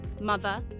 mother